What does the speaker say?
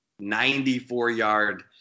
94-yard